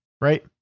right